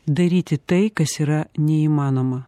daryti tai kas yra neįmanoma